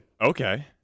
okay